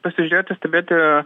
pasižiūrėti stebėti